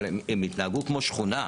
אבל הם התנהגו כמו שכונה.